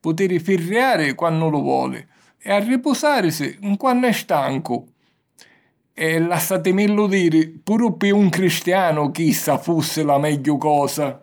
putiri firriari quannu lu voli e arripusàrisi quannu è stancu. E, lassatimillu diri, puru pi un cristianu chissa fussi la megghiu cosa!